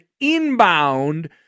inbound